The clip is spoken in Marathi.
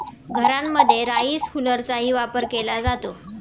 घरांमध्ये राईस हुलरचाही वापर केला जातो